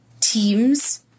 teams